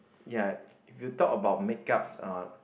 ya if you talk about make ups uh